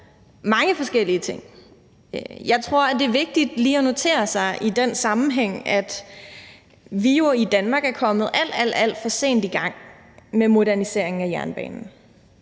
mange forskellige ting. Jeg tror, det i den sammenhæng er vigtigt lige at notere sig, at vi jo i Danmark er kommet alt, alt for sent i gang med moderniseringen af jernbanen.